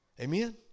Amen